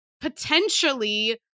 potentially